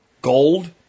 Gold